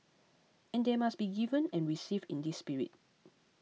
and they must be given and received in this spirit